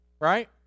right